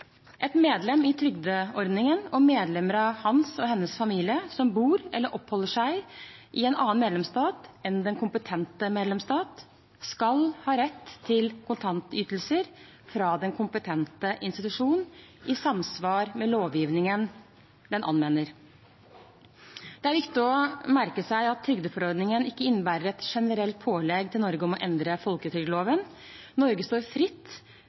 medlem i trygdeordningen og medlemmer av hans/hennes familie som bor eller oppholder seg i en annen medlemsstat enn den kompetente medlemsstat, skal ha rett til kontantytelser fra den kompetente institusjon i samsvar med lovgivningen den anvender.» Det er viktig å merke seg at trygdeforordningen ikke innebærer et generelt pålegg til Norge om å endre folketrygdloven. Norge står fritt